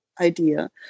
idea